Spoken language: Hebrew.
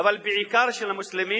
אבל בעיקר של המוסלמים,